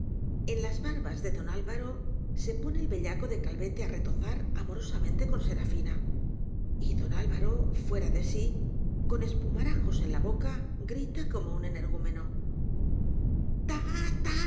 en las barbas de don alvaro se pone el bellaco de calvete á retozar amo rosamente con serafina v don alvaro fuera de sí con espumarajos en la boca grita como un